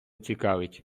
цікавить